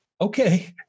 okay